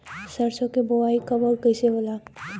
सरसो के बोआई कब और कैसे होला?